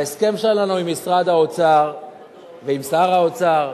בהסכם שלנו עם משרד האוצר ועם שר האוצר,